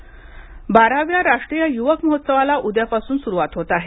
युवा महोत्सव बाराव्या राष्ट्रीय युवक महोत्सवाला उद्यापासून सुरवात होत आहे